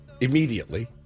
Immediately